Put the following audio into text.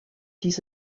these